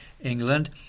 England